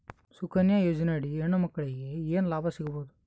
ಸುಕನ್ಯಾ ಯೋಜನೆ ಅಡಿ ಹೆಣ್ಣು ಮಕ್ಕಳಿಗೆ ಏನ ಲಾಭ ಸಿಗಬಹುದು?